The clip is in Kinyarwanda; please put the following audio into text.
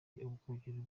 ubwogero